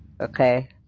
Okay